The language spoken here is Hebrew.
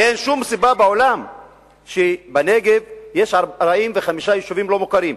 ואין שום סיבה בעולם שבנגב יש 45 יישובים לא מוכרים.